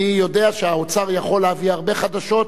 אני יודע שהאוצר יכול להביא הרבה חדשות,